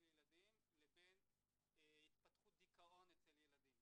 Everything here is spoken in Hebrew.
ילדים לבין התפתחות דיכאון אצל ילדים,